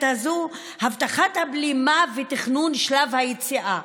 הזו: הבטחת הבלימה ותכנון שלב היציאה.